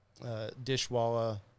Dishwalla